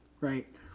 right